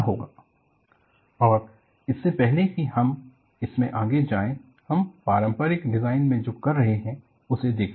review on conventional design methodology और इससे पहले कि हम इसमें आगे जाएं हम पारंपरिक डिजाइन में जो कर रहे हैं उसे देखें